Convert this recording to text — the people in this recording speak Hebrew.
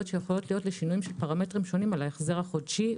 שיכולות להיות לשינויים של פרמטרים שונים על ההחזר החודשי.